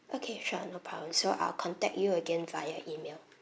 okay sure no problem so I'll contact you again via email